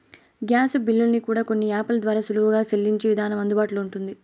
gas బిల్లుల్ని కూడా కొన్ని యాపుల ద్వారా సులువుగా సెల్లించే విధానం అందుబాటులో ఉంటుంది